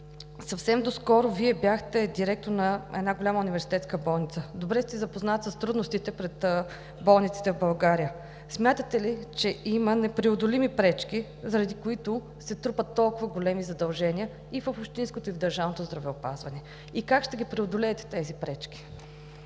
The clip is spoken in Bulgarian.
Съвсем доскоро Вие бяхте директор на една голяма университетска болница, добре сте запознат с трудностите пред болниците в България: смятате ли, че има непреодолими пречки, заради които се трупат толкова големи задължения и в общинското, и в държавното здравеопазване, и как ще ги преодолеете тези пречки?